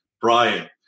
Brian